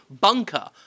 bunker